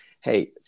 Hey